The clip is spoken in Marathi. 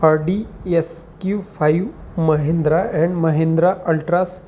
Aadi S Q five Mahindra and Mahindra altars